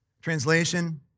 Translation